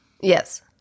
Yes